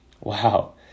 Wow